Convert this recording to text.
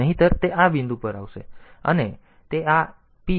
નહિંતર તે આ બિંદુએ આવશે અને તે આ P1